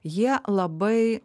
jie labai